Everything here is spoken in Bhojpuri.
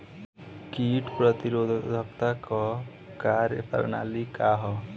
कीट प्रतिरोधकता क कार्य प्रणाली का ह?